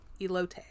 elote